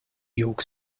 york